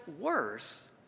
worse